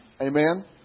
Amen